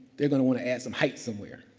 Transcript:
they're going to want to add some height somewhere.